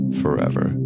forever